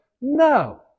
No